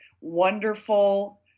wonderful